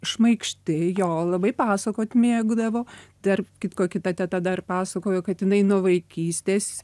šmaikšti jo labai pasakot mėgdavo tarp kitko kita teta dar pasakojo kad jinai nuo vaikystės